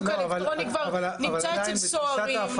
האיזוק האלקטרוני כבר נמצא אצל סוהרים,